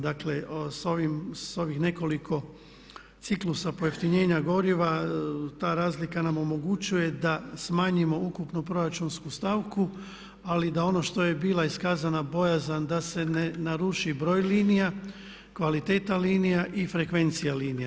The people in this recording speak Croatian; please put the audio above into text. Dakle sa ovih nekoliko ciklusa pojeftinjenja goriva ta razlika nam omogućuje da smanjimo ukupnu proračunsku stavku ali da ono što je bila iskazana bojazan da se ne naruši broj linija, kvaliteta linija i frekvencija linija.